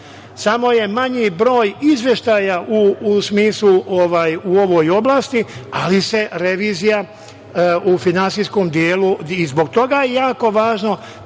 samo je manji broj izveštaja u smislu u ovoj oblasti, ali se revizija u finansijskom delu, i zbog toga je jako važno